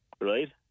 Right